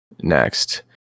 next